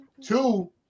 Two